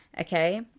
Okay